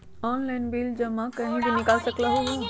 Online bill जमा कहीं भी कभी भी बिल निकाल सकलहु ह?